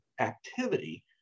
activity